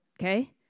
Okay